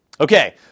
Okay